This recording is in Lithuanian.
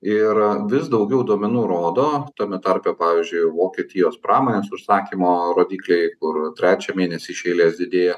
ir vis daugiau duomenų rodo tame tarpe pavyzdžiui vokietijos pramonės užsakymo rodikliai kur trečią mėnesį iš eilės didėja